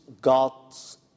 God's